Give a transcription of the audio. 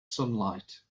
sunlight